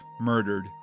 murdered